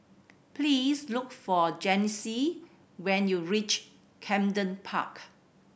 please look for Janyce when you reach Camden Park